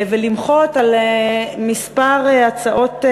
ולמחות על שכמה הצעות,